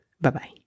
Bye-bye